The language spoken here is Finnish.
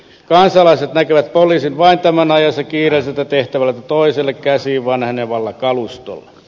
kansalaiset näkevät poliisin vain tämän ajaessa kiireisestä tehtävästä toiseen käsi vanhenevalla kalustolla